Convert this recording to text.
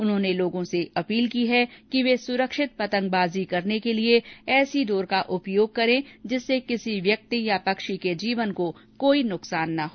उन्होंने लोगों से अपील की है कि वे सुरक्षित पतंगबाजी करने के लिए ऐसी डोर का उपयोग करें जिससे किसी व्यक्ति या पक्षी के जीवन को कोई न्कसान ना हो